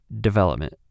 development